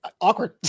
Awkward